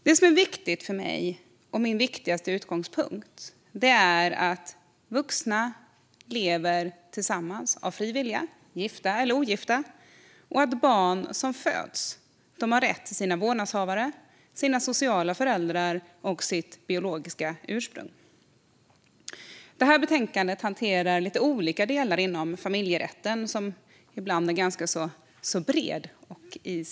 Det som är viktigt för mig - min viktigaste utgångspunkt - är att vuxna lever tillsammans av fri vilja, gifta eller ogifta, och att barn som föds har rätt till sina vårdnadshavare, sina sociala föräldrar och sitt biologiska ursprung. Betänkandet hanterar lite olika delar inom familjerätten, som ibland är ganska bred.